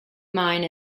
mine